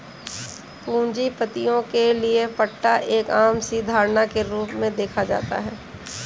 पूंजीपतियों के लिये पट्टा एक आम सी धारणा के रूप में देखा जाता है